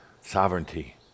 sovereignty